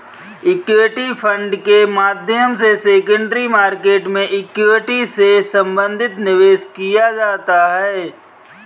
equity fund के माध्यम से सेकेंडरी मार्केट में इक्विटी से संबंधित निवेश किया जाता है